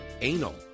anal